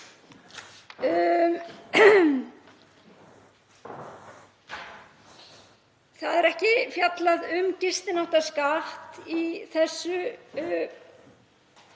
Það er ekki fjallað um gistináttaskatt í þessu